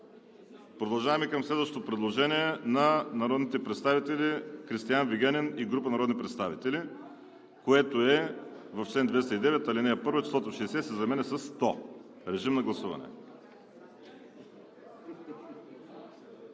Продължаваме към следващото предложение на народните представители Кристиан Вигенин и група народни представители, което е: „В чл. 209, ал. 1 числото 60 се заменя със 100“. Гласували